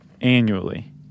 annually